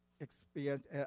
experience